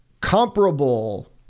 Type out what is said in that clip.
comparable